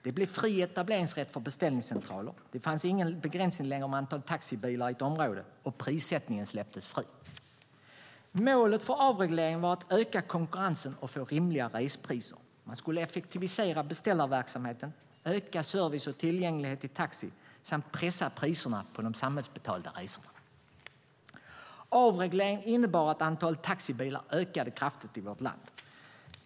Det infördes fri etableringsrätt för beställningscentraler, begränsningen av antalet taxibilar i ett område togs bort och prissättningen släpptes fri. Målen för avregleringen var att öka konkurrensen och få rimliga respriser. Man skulle effektivisera beställarverksamheten, öka service och tillgänglighet till taxi samt pressa priserna på de samhällsbetalda resorna. Avregleringen innebar att antalet taxibilar ökade kraftigt i vårt land.